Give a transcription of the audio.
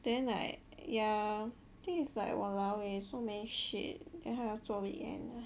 then like ya thing it's like !walao! eh so many shit then 还要做 weekend